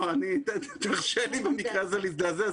תרשה לי במקרה הזה להזדעזע.